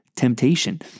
temptation